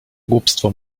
głupstwo